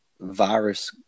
virus